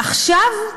עכשיו,